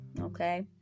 okay